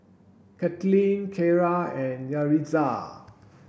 Kathaleen Keira and Yaritza